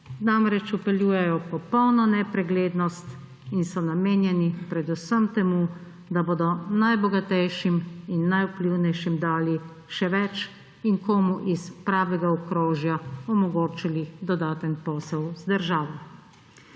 namreč vpeljujejo popolno nepreglednost in so namenjeni predvsem temu, da bodo najbogatejšim in najvplivnejšim dali še več in komu iz pravega okrožja omogočili dodaten posel z državo.